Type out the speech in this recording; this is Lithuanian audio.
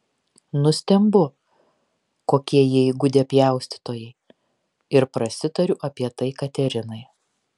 nustembu kokie jie įgudę pjaustytojai ir prasitariu apie tai katerinai